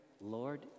Lord